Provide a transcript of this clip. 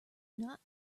not